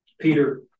Peter